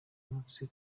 munsi